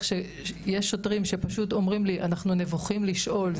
שיש שוטרים שפשוט אומרים לי "..אנחנו נבוכים לשאול..",